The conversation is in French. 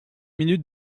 minutes